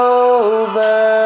over